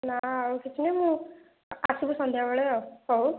ନା ଆଉ କିଛି ନାହିଁ ମୁଁ ଆସିବି ସନ୍ଧ୍ୟାବେଳେ ହେଉ